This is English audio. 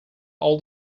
all